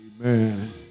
Amen